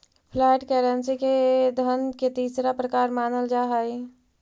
flat currency के धन के तीसरा प्रकार मानल जा हई